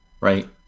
Right